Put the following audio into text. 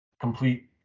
complete